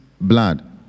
blood